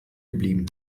geblieben